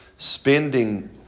Spending